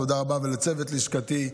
תודה רבה לצוות לשכתי,